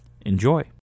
Enjoy